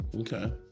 Okay